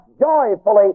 joyfully